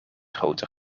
groter